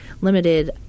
limited